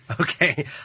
Okay